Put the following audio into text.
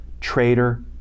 traitor